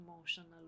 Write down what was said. emotional